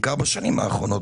בעיקר בשנים האחרונות,